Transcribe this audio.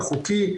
החוקי,